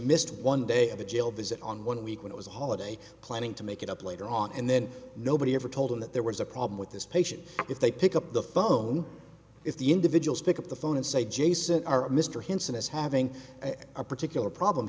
missed one day of a jail visit on one week when it was a holiday planning to make it up later on and then nobody ever told him that there was a problem with this patient if they pick up the phone if the individuals pick up the phone and say jason are mr hinson is having a particular problem